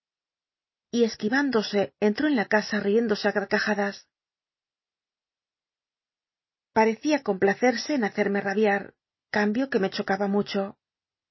y esquinndose entró en la casa l'iéndose ü cfll cajadas pmecia complacerse en hace me rabim cambio que me chocaba mucho